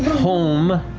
home,